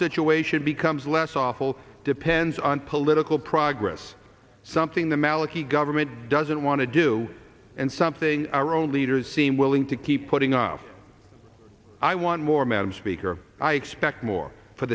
becomes less awful depends on political progress something the maliki government doesn't want to do and something our own leaders seem willing to keep putting up i want more madam speaker i expect more for